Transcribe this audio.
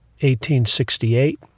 1868